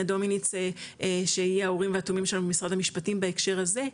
דומיניץ שהיא ה'הורים' שלנו ממשרד המשפטים בהקשר הזה,